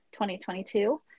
2022